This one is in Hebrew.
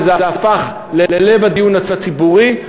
וזה הפך ללב הדיון הציבורי,